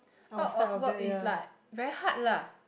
out of work is like very hard lah